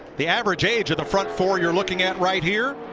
the average age of the front four you are looking at right here,